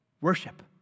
worship